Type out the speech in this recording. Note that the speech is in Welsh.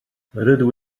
rydw